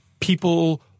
people